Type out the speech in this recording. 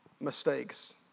mistakes